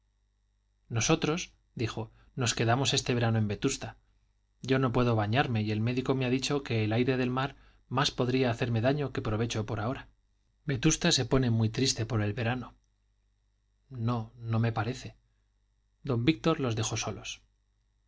se movió nosotros dijo nos quedamos este verano en vetusta yo no puedo bañarme y el médico me ha dicho que el aire del mar más podría hacerme daño que provecho por ahora vetusta se pone muy triste por el verano no no me parece don víctor los dejó solos